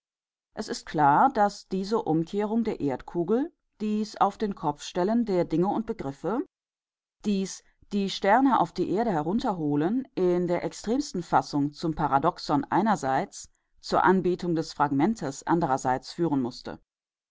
es ist klar daß diese umkehrung der erdkugel dies auf den kopf stellen der dinge und begriffe dies die sterne auf die erde herunterholen in der extremsten fassung zum paradoxon einerseits zur anbetung des fragmentes anderseits führen mußte